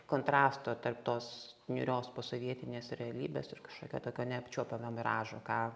kontrasto tarp tos niūrios posovietinės realybės ir kažkokio tokio neapčiuopiamo miražo ką